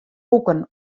boeken